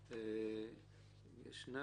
ישנה